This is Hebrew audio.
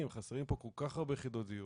כי חסרות כל-כך הרבה יחידות דיור,